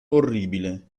orribile